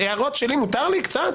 הערות שלי מותר לי קצת?